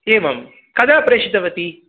एवं कदा प्रेषितवती